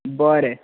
बरे